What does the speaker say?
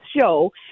show